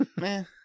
Man